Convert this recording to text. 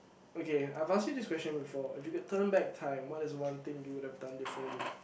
okay I've asked you this question before if you could turn back time what is one thing you would have done differently